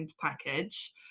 package